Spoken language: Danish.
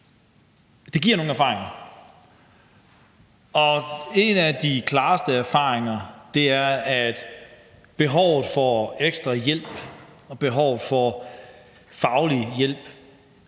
det giver nogle erfaringer, og en af de klareste erfaringer er, at behovet for ekstra hjælp og behovet for faglig hjælp